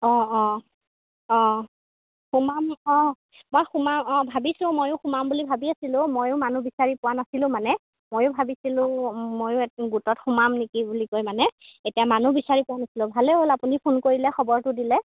অঁ অঁ অঁ সোমাম অঁ মই সোমাম অঁ ভাবিছোঁ ময়ো সোমাম বুলি ভাবি আছিলোঁ ময়ো মানুহ বিচাৰি পোৱা নাছিলোঁ মানে ময়ো ভাবিছিলোঁ ময়ো এদিন গোটত সোমাম নেকি বুলি মানে এতিয়া মানুহ বিচাৰি পোৱা নাছিলোঁ ভালেই হ'ল আপুনি ফোন কৰিলে খবৰটো দিলে